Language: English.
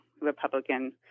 Republican